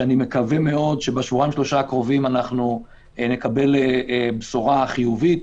שאני מקווה מאוד שבשבועיים-שלושה הקרובים נקבל בשורה חיובית.